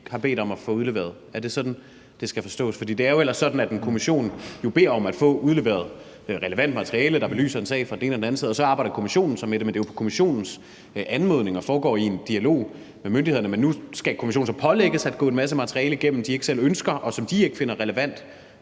har bedt om at få udleveret. Er det sådan, det skal forstås? Det er jo ellers sådan, at en kommission beder om at få udleveret relevant materiale, der belyser en sag fra den ene og den anden side, og så arbejder kommissionen så med det, men det er jo på kommissionens anmodning og foregår i en dialog med myndighederne. Men nu skal kommissionen så pålægges at gå en masse materiale igennem, de ikke selv ønsker, og som de ikke finder relevant